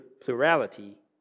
plurality